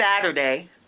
Saturday